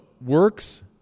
works